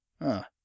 Ah